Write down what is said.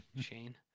Shane